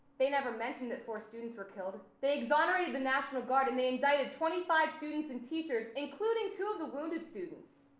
they never mentioned that four students were killed. they exonerated the national guard and they indicted twenty five students and teachers, including two of the wounded students.